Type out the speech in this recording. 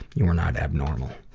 you are not abnormal.